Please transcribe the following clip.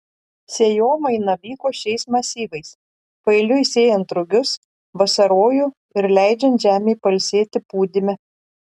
sėjomaina vyko šiais masyvais paeiliui sėjant rugius vasarojų ir leidžiant žemei pailsėti pūdyme